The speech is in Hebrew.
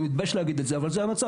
אני מתבייש להגיד את זה, אבל זה המצב.